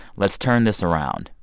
let's turn this around.